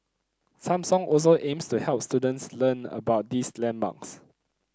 Samsung also aims to help students learn about these landmarks